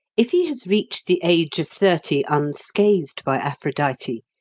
if he has reached the age of thirty unscathed by aphrodite,